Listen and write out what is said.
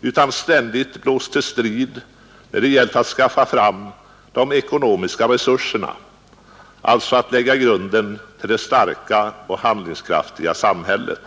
utan har ständigt blåst till strid när det gällt att skaffa fram de ekonomiska resurserna — alltså att lägga grunden till det starka och handlingskraftiga samhället.